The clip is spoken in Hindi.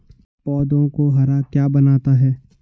पौधों को हरा क्या बनाता है?